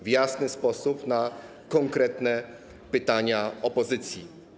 W jasny sposób na konkretne pytania opozycji.